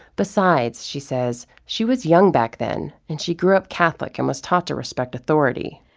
besides, she says, she was young back then, and she grew up catholic and was taught to respect authority.